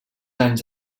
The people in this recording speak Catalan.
anys